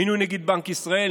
מינוי נגיד בנק ישראל,